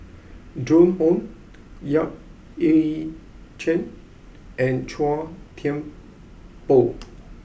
Joan Hon Yap Ee Chian and Chua Thian Poh